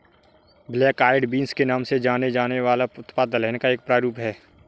black eyed beans के नाम से जाना जाने वाला उत्पाद दलहन का एक प्रारूप है